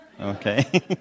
okay